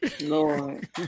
Lord